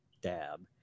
dab